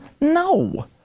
No